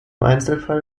einzelfall